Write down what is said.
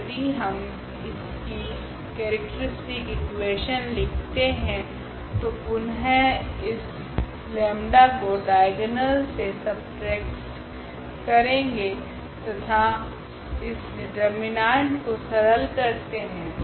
तो यदि हम इसकी केरेक्ट्रीस्टिक इकुवेशन लिखते है तो पुनः इस 𝜆 को डाइगोनल से सबट्रेक्टड करेगे तथा इस डिटर्मिनांट को सरल करते है